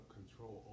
control